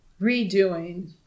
redoing